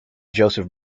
joseph